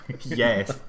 yes